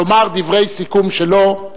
לומר דברי סיכום שלו.